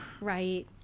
Right